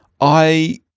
I-